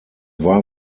war